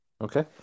Okay